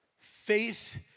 Faith